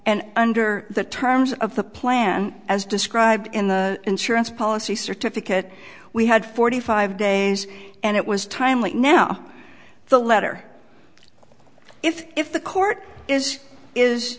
and under the terms of the plan as described in the insurance policy certificate we had forty five days and it was timely now the letter if if the court is is